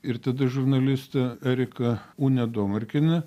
ir tada žurnalistė erika unė domarkienė